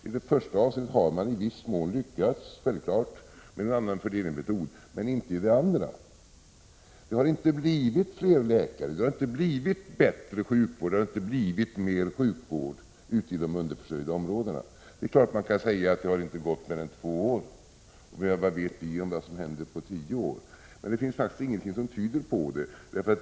I det första avseendet har man i viss mån lyckats — självfallet — med en annan fördelningsmetod, men inte i det andra. Det har inte blivit fler läkare, — Prot. 1986/87:24 det har inte blivit bättre sjukvård, det har inte blivit mer sjukvård ute i de 12 november 1986 underförsörjda områdena. Det är klart att man kan säga att det inte har gått. = fan mer än två år, och vad vet vi om vad som händer på tio år? Men det finns faktiskt ingenting som tyder på en förbättring.